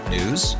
News